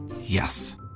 Yes